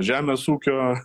žemės ūkio